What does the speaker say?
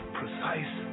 precise